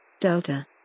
Delta